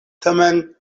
tamen